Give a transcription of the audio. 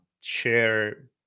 share